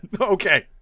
Okay